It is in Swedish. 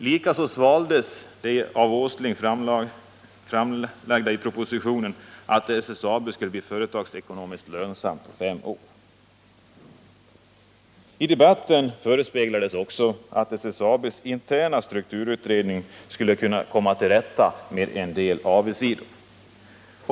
Likaså svaldes det av Åsling i propositionen framlagda förslaget att SSAB skulle bli företagsekonomiskt lönsamt på fem år. I debatten förespeglades också att SSAB:s interna strukturutredning skulle komma till rätta med en del avigsidor.